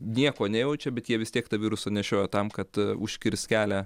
nieko nejaučia bet jie vis tiek tą virusą nešioja tam kad užkirst kelią